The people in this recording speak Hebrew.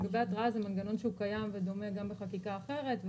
לגבי התראה זה מנגנון שקיים ודומה גם בחקיקה אחרת,